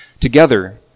together